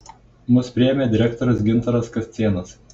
mus priėmė direktorius gintaras kascėnas